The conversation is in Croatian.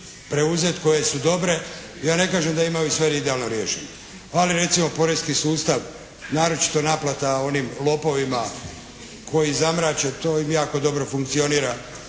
preuzeti koje su dobre. Ja ne kažem da imaju sve idealno riješeno, ali recimo poreski sustav naročito naplata onim lopovima koji zamrače, to im jako dobro funkcionira